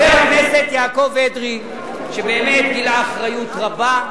חבר הכנסת יעקב אדרי, שבאמת גילה אחריות רבה.